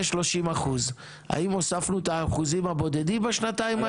30%. האם הוספנו את האחוזים הבודדים בשנתיים האלה?